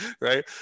right